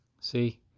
See